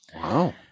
Wow